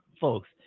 folks